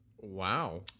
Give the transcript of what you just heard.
Wow